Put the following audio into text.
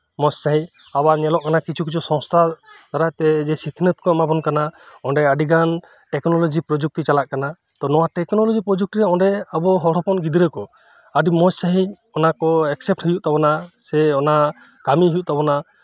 ᱢᱚᱸᱡᱽ ᱥᱟᱹᱦᱤᱡ ᱟᱵᱟᱨ ᱧᱮᱞᱚᱜ ᱠᱟᱱᱟ ᱠᱤᱪᱷᱩ ᱠᱤᱪᱷᱩ ᱥᱟᱱᱛᱟᱞ ᱫᱟᱨᱟᱭᱛᱮ ᱥᱤᱠᱷᱱᱟᱹᱛ ᱠᱚ ᱮᱢᱟᱵᱚᱱ ᱠᱟᱱᱟ ᱚᱸᱰᱮ ᱟᱹᱰᱤᱜᱟᱱ ᱴᱮᱠᱱᱳᱞᱚᱡᱤ ᱯᱨᱚᱡᱩᱠᱛᱤ ᱪᱟᱞᱟᱜ ᱠᱟᱱᱟ ᱛᱚ ᱱᱚᱶᱟ ᱴᱮᱠᱱᱳᱞᱚᱡᱤ ᱯᱨᱚᱡᱩᱠᱛᱤᱨᱮ ᱚᱸᱰᱮ ᱟᱵᱚ ᱦᱚᱲ ᱦᱚᱯᱚᱱ ᱜᱤᱫᱽᱨᱟᱹ ᱠᱚ ᱟᱨ ᱟᱹᱰᱤ ᱢᱚᱸᱡᱽ ᱥᱟᱹᱦᱤᱡ ᱚᱱᱟ ᱠᱚ ᱮᱠᱥᱮᱯᱴ ᱦᱳᱭᱳᱜ ᱛᱟᱵᱚᱱᱟ ᱚᱱᱟ ᱠᱟᱹᱢᱤ ᱦᱳᱭᱳᱜ ᱛᱟᱵᱚᱱᱟ